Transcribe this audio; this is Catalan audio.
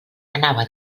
anava